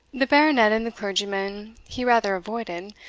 the baronet and the clergyman he rather avoided,